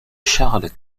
charles